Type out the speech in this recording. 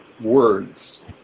words